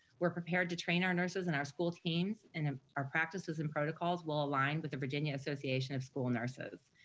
we're prepared to train our nurses, and our school teams, and ah our practices and protocols will align with the virginia association of school nurses.